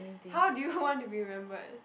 how do you want to be remembered